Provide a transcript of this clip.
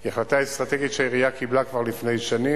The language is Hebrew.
היא החלטה אסטרטגית שהעירייה קיבלה כבר לפני שנים,